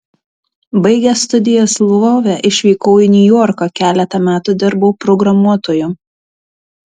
baigęs studijas lvove išvykau į niujorką keletą metų dirbau programuotoju